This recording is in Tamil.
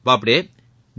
பாப்டே டி